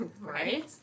Right